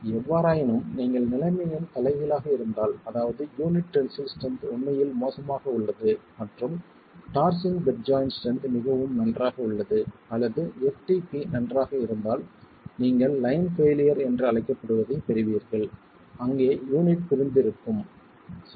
எவ்வாறாயினும் நீங்கள் நிலைமையின் தலைகீழாக இருந்தால் அதாவது யூனிட் டென்சில் ஸ்ட்ரென்த் உண்மையில் மோசமாக உள்ளது மற்றும் டார்ஸின் பெட் ஜாய்ண்ட் ஸ்ட்ரென்த் மிகவும் நன்றாக உள்ளது அல்லது ftp நன்றாக இருந்தால் நீங்கள் லைன் பெயிலியர் என்று அழைக்கப்படுவதை பெறுவீர்கள் அங்கே யூனிட் பிரிந்து இருக்கும் சரி